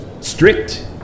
strict